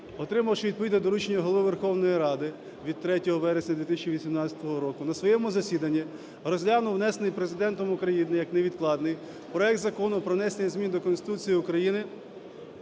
отримавши відповідне доручення Голови Верховної Ради від 3 вересня 2018 року, на своєму засіданні розглянув, внесений Президентом України як невідкладний, проект Закону про внесення змін до Конституції України